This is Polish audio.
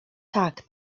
tak